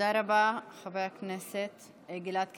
תודה רבה, חבר הכנסת גלעד קריב.